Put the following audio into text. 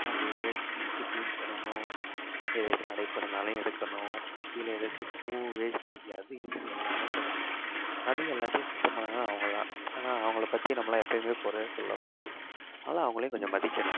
என்ன டெயிலியும் க்ளீன் பண்ணணும் எதாச்சும் அடைப்பு இருந்தாலும் எடுக்கணும் கீழே எதாச்சும் பூ வேஸ்டேஜ் அது இதுன்னு எல்லாம் கிடக்கும் அது எல்லாத்தையும் சுத்தம் பண்ணலனா அவங்க தான் ஆனால் அவங்கள பற்றி நம்மளாம் எப்போயும் கொறை சொல்லக்கூடாது அதனால் அவங்களையும் கொஞ்சம் மதிக்கணும்